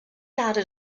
added